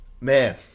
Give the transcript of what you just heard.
man